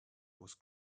was